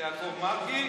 של יעקב מרגי,